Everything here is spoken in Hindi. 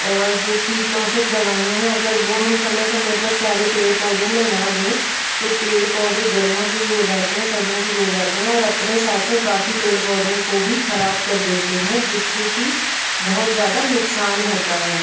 और जो कीटनाशक दवाईयाँ हैं अगर वो हम समय समय पर सारे पेड़ पौधों पर ना दे तो पेड़ पौधे गलना शुरू हो जाते हैं सड़ना शुरू हो जाते हैं और अपने साथ साथ बाकी पेड़ पौधों को भी खराब कर देते हैं जिससे कि बहुत ज्यादा नुकसान होता है